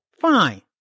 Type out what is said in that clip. Fine